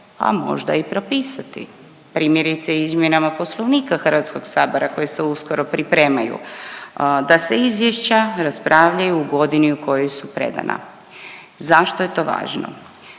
a možda i propisati primjerice izmjenama Poslovnika HS koje se uskoro pripremaju, da se izvješća raspravljaju u godini u kojoj su predana. Zašto je to važno